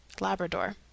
Labrador